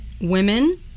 women